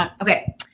Okay